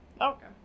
Okay